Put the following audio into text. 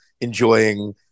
enjoying